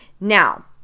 Now